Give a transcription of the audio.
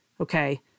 okay